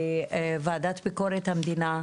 בוועדת ביקרות המדינה,